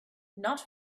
not